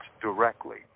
directly